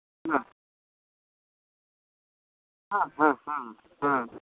ᱦᱮᱸ ᱦᱮᱸ ᱦᱮᱸ ᱦᱮᱸ ᱦᱮᱸ